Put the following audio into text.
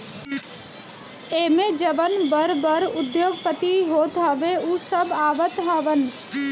एमे जवन बड़ बड़ उद्योगपति होत हवे उ सब आवत हवन